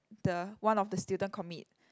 the one of the student commit